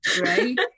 Right